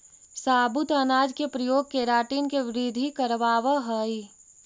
साबुत अनाज के प्रयोग केराटिन के वृद्धि करवावऽ हई